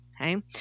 okay